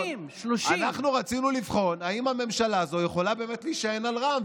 30. 30. אנחנו רצינו לבחון אם הממשלה הזו יכולה באמת להישען על רע"מ,